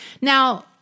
Now